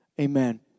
Amen